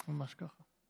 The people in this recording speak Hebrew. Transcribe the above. ממש ככה.